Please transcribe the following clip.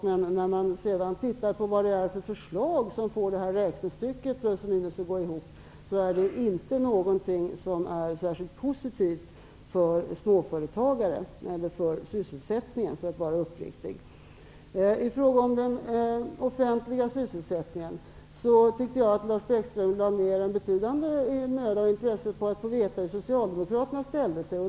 Men när man sedan ser på vad det är fråga om för förslag, som får det här räknestycket med plus och minus att gå ihop, är det inte någonting som, för att vara uppriktig, är särskilt positivt för småföretagare eller för sysselsättningen. I fråga om den offentliga sysselsättningen tycker jag att Lars Bäckström lade ner en betydande möda och intresse på att få veta hur Socialdemokraterna ställde sig.